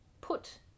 put